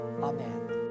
Amen